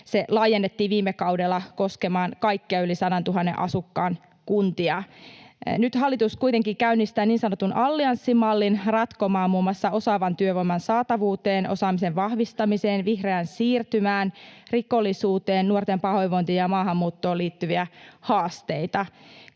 Se laajennettiin viime kaudella koskemaan kaikkia yli 100 000 asukkaan kuntia. Nyt hallitus kuitenkin käynnistää niin sanotun allianssimallin ratkomaan muun muassa osaavan työvoiman saatavuuteen, osaamisen vahvistamiseen, vihreään siirtymään, rikollisuuteen, nuorten pahoinvointiin ja maahanmuuttoon liittyviä haasteita.